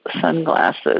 sunglasses